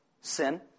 sin